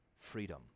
freedom